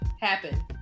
happen